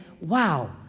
wow